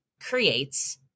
creates